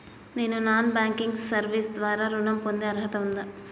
నేను non banking service ద్వారా ఋణం పొందే అర్హత ఉందా?